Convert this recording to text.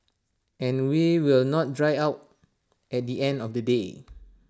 and we will not dry out at the end of the day